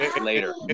later